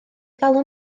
galw